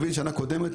לשם השוואה,